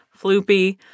floopy